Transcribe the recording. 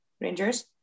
Rangers